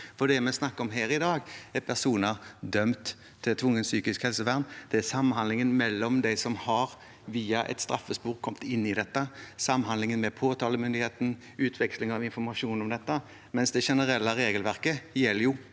for det vi snakker om her i dag, er personer dømt til tvungent psykisk helsevern, det er samhandlingen mellom dem som via et straffespor har kommet inn i dette, samhandlingen med påtalemyndigheten og utveksling av informasjon om dette. Det generelle regelverket gjelder jo